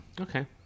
Okay